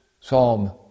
Psalm